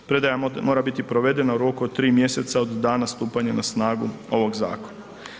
Predaja mora biti provedena u roku od 3 mjeseca od dana stupanja na snagu ovog zakona.